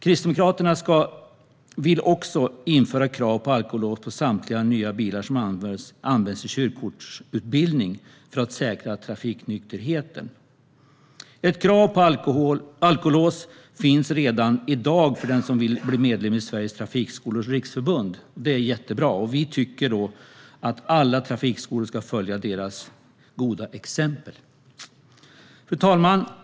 Kristdemokraterna vill också införa krav på alkolås på samtliga nya bilar som används i körkortsutbildningen för att säkra trafiknykterheten. Ett krav på alkolås finns redan i dag för den som vill bli medlem i Sveriges Trafikskolors Riksförbund. Det är jättebra. Vi tycker att alla trafikskolor ska följa STR:s goda exempel. Fru talman!